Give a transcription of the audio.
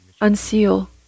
unseal